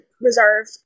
reserve